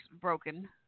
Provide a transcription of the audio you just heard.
broken